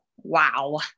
Wow